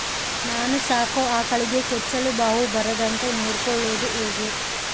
ನಾನು ಸಾಕೋ ಆಕಳಿಗೆ ಕೆಚ್ಚಲುಬಾವು ಬರದಂತೆ ನೊಡ್ಕೊಳೋದು ಹೇಗೆ?